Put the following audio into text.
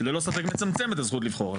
שללא ספק מצמצם את הזכות לבחור.